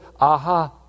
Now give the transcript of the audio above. aha